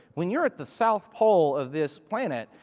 when you're at the south pole of this planet,